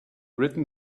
written